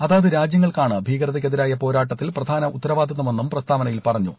അതത് രാജ്യങ്ങൾക്കാണ് ഭീകരതക്കെതിരായ പോരാട്ടത്തിൽ പ്രധാന ഉത്തരവാദിത്തമെന്നും പ്രസ്താവനയിൽ പറഞ്ഞു